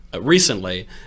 recently